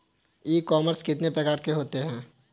ई commerce कितने प्रकार के होते हैं?